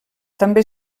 també